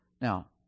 Now